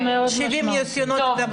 70 ניסיונות התאבדות לעומת --- בתקופה הקודמת.